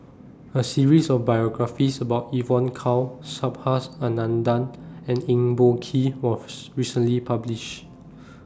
A series of biographies about Evon Kow Subhas Anandan and Eng Boh Kee was recently published